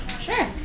Sure